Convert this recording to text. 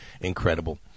incredible